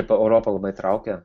europa labai traukia